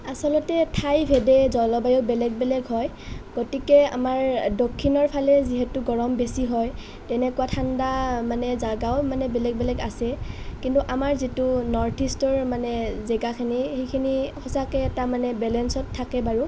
আচলতে ঠাইভেদে জলবায়ু বেলেগ বেলেগ হয় গতিকে আমাৰ দক্ষিণৰ ফালে যিহেতু গৰম বেছি হয় তেনেকুৱা মানে ঠাণ্ডা জাগাও মানে বেলেগ বেলেগ আছে কিন্তু আমাৰ যিটো নৰ্থ ইষ্টৰ মানে জেগাখিনি সেইখিনি সঁচাকে এটা মানে বেলেঞ্চত থাকে বাৰু